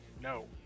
no